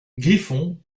griffon